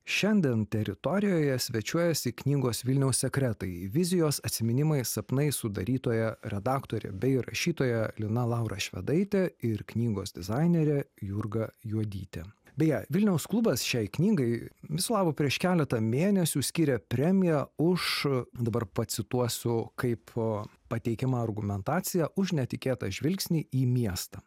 šiandien teritorijoje svečiuojasi knygos vilniaus sekretai vizijos atsiminimai sapnai sudarytoja redaktorė bei rašytoja lina laura švedaitė ir knygos dizainerė jurga juodytė beje vilniaus klubas šiai knygai viso labo prieš keletą mėnesių skiria premiją už dabar pacituosiu kaip pateikiama argumentacija už netikėtą žvilgsnį į miestą